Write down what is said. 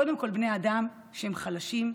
קודם כול בני אדם שהם חלשים,